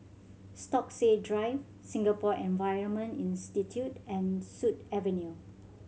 Stokesay Drive Singapore Environment Institute and Sut Avenue